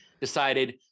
decided